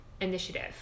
Initiative